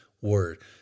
word